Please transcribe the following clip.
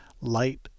light